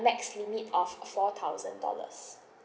max limit of four thousand dollars